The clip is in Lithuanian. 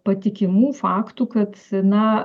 patikimų faktų kad na